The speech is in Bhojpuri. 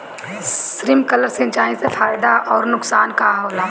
स्पिंकलर सिंचाई से फायदा अउर नुकसान का होला?